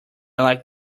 like